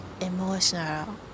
emotional